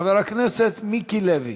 חבר הכנסת מיקי לוי,